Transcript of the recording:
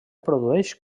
produeix